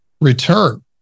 return